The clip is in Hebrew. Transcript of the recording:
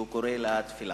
שהוא קורא לתפילה.